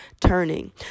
turning